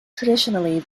traditionally